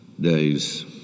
days